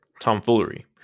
tomfoolery